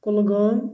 Kulgam